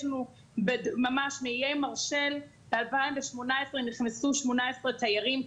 יש לנו ממש מאיי מרשל ב- 2018 נכנסו 18 תיירים,